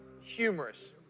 humorous